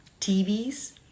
TVs